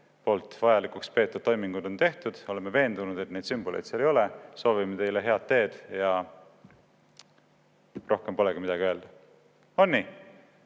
poolt vajalikuks peetud toimingud tehtud ja oleme veendunud selles, et neid sümboleid seal ei ole. Soovime teile head teed." Ja rohkem polegi midagi öelda. On